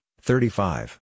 thirty-five